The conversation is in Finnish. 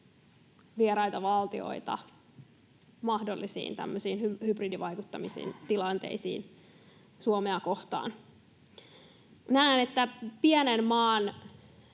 vieraiden valtioiden tämmöisiä mahdollisia hybridivaikuttamisen tilanteita Suomea kohtaan. Näen, että pienen maan